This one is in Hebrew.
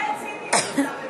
זו ציניות, השר לוין.